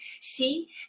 See